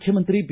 ಮುಖ್ಯಮಂತ್ರಿ ಬಿ